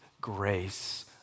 grace